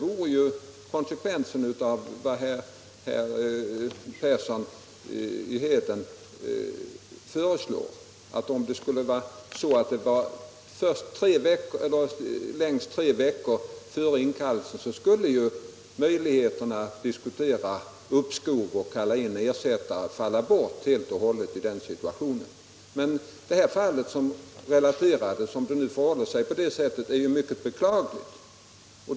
Om besked skulle lämnas minst tre veckor före inkallelsen skulle ju möjligheterna att diskutera uppskov och kalla in ersättare i den situationen falla bort. Det är ju mycket beklagligt om det i ett fall förhåller sig så som här felaterades.